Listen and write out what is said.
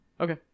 Okay